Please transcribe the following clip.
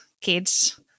kids